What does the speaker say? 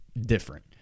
different